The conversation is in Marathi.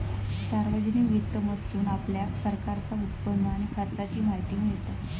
सार्वजनिक वित्त मधसून आपल्याक सरकारचा उत्पन्न आणि खर्चाची माहिती मिळता